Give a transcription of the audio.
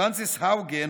פרנסס האוגן,